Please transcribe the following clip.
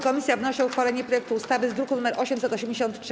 Komisja wnosi o uchwalenie projektu ustawy z druku nr 883.